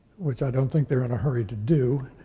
which i don't think they're in a hurry to do.